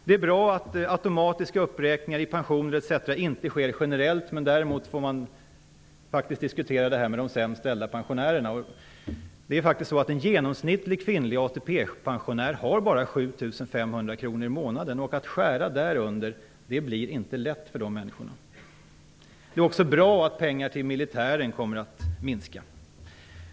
Det är bra att automatiska uppräkningar i pensioner etc. inte sker generellt. Däremot får man diskutera detta med de sämst ställda pensionärerna. En genomsnittlig kvinnlig ATP-pensionär har bara 7 500 kronor i månaden. Om man skär därunder, blir det inte lätt för dessa människor. Det är också bra att pengar till militären kommer att minska.